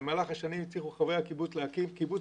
במהלך השנים הצליחו חברי הקיבוץ להקים קיבוץ